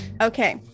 Okay